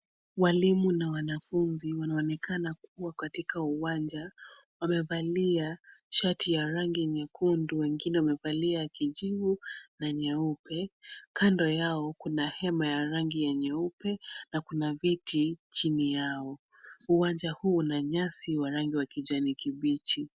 Walimu na wanafunzi wanaonekana kuwa katika uwanja. Wamevalia shati ya rangi nyekundu wengine wamevalia kijivu na nyeupe. Kando yao kuna hema ya rangi ya nyeupe na kuna viti chini yao. Uwanja huu una nyasi wa rangi wa kijani kibichi.